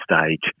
stage